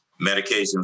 medications